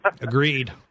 Agreed